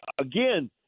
again